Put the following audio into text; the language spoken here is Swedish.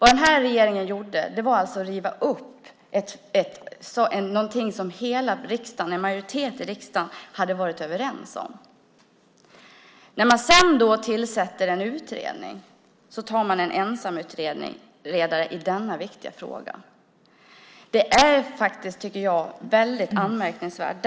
Den här regeringen har rivit upp något som en majoritet i riksdagen var överens om. När sedan en utredning tillsätts i denna viktiga fråga är det en ensamutredare. Det är anmärkningsvärt.